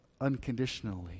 unconditionally